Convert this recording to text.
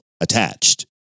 attached